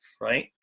right